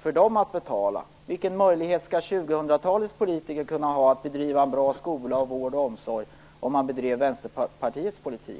skulle få betala. Vilken möjlighet skall 2000-talets politiker ha att bedriva en bra skola, vård och omsorg, om vi drev Vänsterpartiets politik?